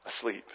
asleep